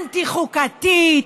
אנטי-חוקתית.